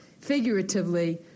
figuratively